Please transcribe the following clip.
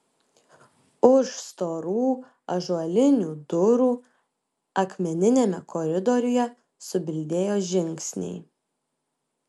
už storų ąžuolinių durų akmeniniame koridoriuje subildėjo žingsniai